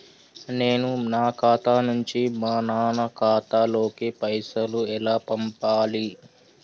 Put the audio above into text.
నేను నా ఖాతా నుంచి మా నాన్న ఖాతా లోకి పైసలు ఎలా పంపాలి?